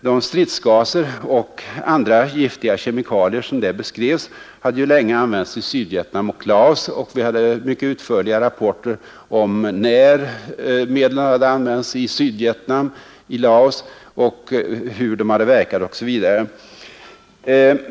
De stridsgaser och andra giftiga kemikalier som där beskrevs hade ju länge använts i Sydvietnam och Laos, och det fanns mycket utförliga rapporter om när sådana medel hade tillgripits i Sydvietnam och i Laos, hur de hade verkat osv.